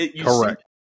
Correct